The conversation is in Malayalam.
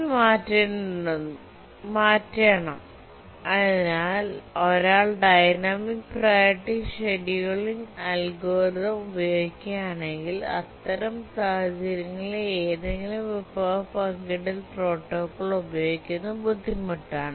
ഇത് മാറ്റേണ്ടതുണ്ട് അതിനാൽ ഒരാൾ ഡൈനാമിക് പ്രിയോറിറ്റി ഷെഡ്യൂളിംഗ് അൽഗോരിതം ഉപയോഗിക്കുകയാണെങ്കിൽ അത്തരം സാഹചര്യങ്ങളിൽ ഏതെങ്കിലും വിഭവ പങ്കിടൽ പ്രോട്ടോക്കോൾ ഉപയോഗിക്കുന്നത് ബുദ്ധിമുട്ടാണ്